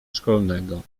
szkolnego